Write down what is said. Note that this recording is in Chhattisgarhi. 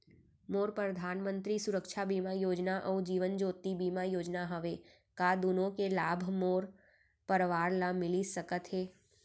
मोर परधानमंतरी सुरक्षा बीमा योजना अऊ जीवन ज्योति बीमा योजना हवे, का दूनो के लाभ मोर परवार ल मिलिस सकत हे?